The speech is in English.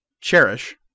Cherish